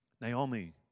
Naomi